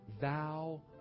Thou